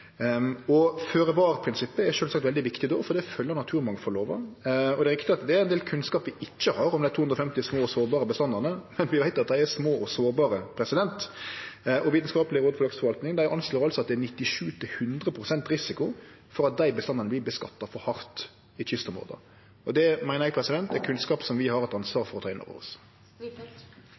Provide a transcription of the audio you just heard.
er sjølvsagt veldig viktig, for det følgjer naturmangfaldlova. Det er riktig at det er ein del kunnskap vi ikkje har om dei 250 små og sårbare bestandane, men vi veit at dei er små og sårbare, og Vitenskapelig råd for lakseforvaltning anslår at det er 97–100 pst. risiko for at dei bestandane vert skattlagde for hardt i kystområda. Det meiner eg er kunnskap som vi har eit ansvar for å ta inn over oss.